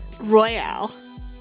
Royale